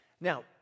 Now